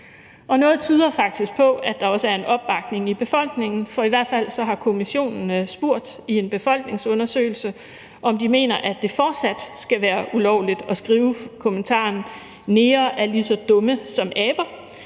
Noget tyder faktisk på, at der er en opbakning i befolkningen, for i hvert fald har kommissionen spurgt i en befolkningsundersøgelse, om man mener, at det fortsat skal være ulovligt at skrive kommentaren: Negre er lige så dumme som aber.